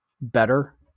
better